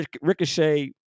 Ricochet